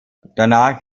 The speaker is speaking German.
danach